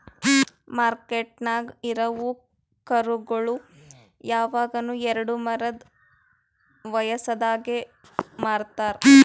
ಮಾರ್ಕೆಟ್ದಾಗ್ ಇರವು ಕರುಗೋಳು ಯವಗನು ಎರಡು ವಾರದ್ ವಯಸದಾಗೆ ಮಾರ್ತಾರ್